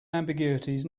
ambiguities